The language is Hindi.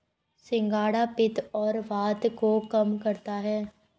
सिंघाड़ा पित्त और वात को कम करता है